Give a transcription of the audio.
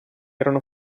erano